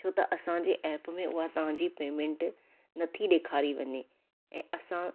छो त असांजे ऐप में उहा तव्हां जी पेंमेंट न थी ॾेखारी वञे ऐं असां